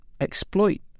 exploit